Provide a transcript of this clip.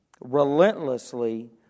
relentlessly